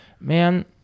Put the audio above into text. Man